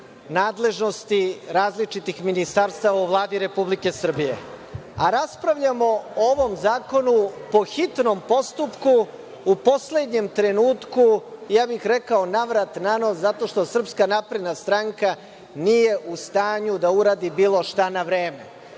nadležnosti različitih ministarstava u Vladi Republike Srbije, a raspravljamo o ovom zakonu po hitnom postupku, u poslednjem trenutku, ja bih rekao navrat-nanos, zato što SNS nije u stanju da uradi bilo šta na vreme.